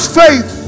faith